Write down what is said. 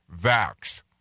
vax